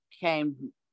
came